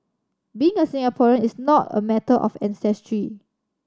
being a Singaporean is not a matter of ancestry